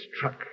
truck